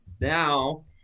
now